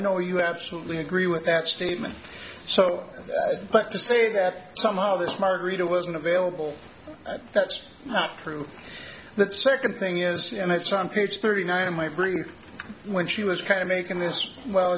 know you absolutely agree with that statement so but to say that somehow this margarita wasn't available that's not true the second thing is to try on page thirty nine of my brain when she was kind of making this well